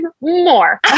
more